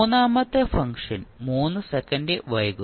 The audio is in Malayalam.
മൂന്നാമത്തെ ഫംഗ്ഷൻ 3 സെക്കൻഡ് വൈകും